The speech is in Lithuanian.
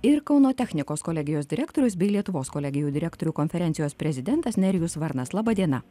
ir kauno technikos kolegijos direktorius bei lietuvos kolegijų direktorių konferencijos prezidentas nerijus varnas laba diena